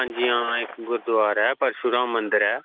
आं जी इक्क गुरूदारा ऐ परशुराम मंदर ऐ